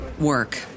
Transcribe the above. work